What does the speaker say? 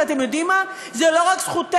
ואתם יודעים מה, זו לא רק זכותנו,